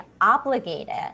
obligated